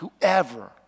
whoever